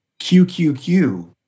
QQQ